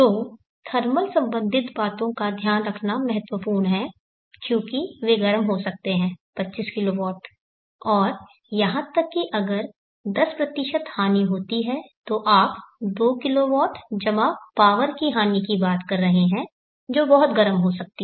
तो थर्मल संबंधित बातों का ध्यान रखना महत्वपूर्ण हैं क्योंकि वे गर्म हो सकते हैं 25 किलोवाट और यहां तक कि अगर 10 हानि होती है तो आप 2 kW पावर की हानि की बात कर रहे हैं जो बहुत गर्म हो सकती है